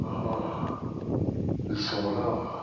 ah ils sont là